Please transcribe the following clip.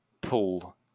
pull